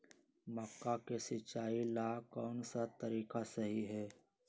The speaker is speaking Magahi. मक्का के सिचाई ला कौन सा तरीका सही है?